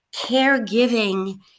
caregiving